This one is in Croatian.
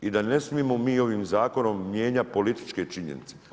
I da ne smimo mi ovim zakonom mijenjat političke činjenice.